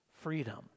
freedom